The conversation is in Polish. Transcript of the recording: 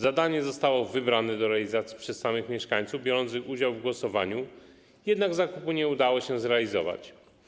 Zadanie zostało wybrane przez samych mieszkańców biorących udział w głosowaniu, jednak zakupu nie udało się zrealizować.